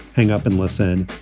hang up and listen.